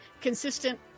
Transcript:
consistent